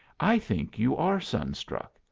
i think you are sunstruck.